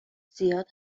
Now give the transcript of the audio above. زیاد